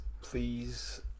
please